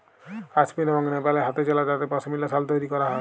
কাশ্মীর এবং লেপালে হাতেচালা তাঁতে পশমিলা সাল তৈরি ক্যরা হ্যয়